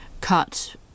cut